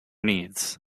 needs